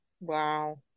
Wow